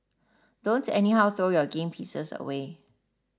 don't anyhow throw your game pieces away